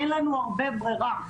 אין לנו הרבה ברירה.